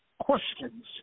questions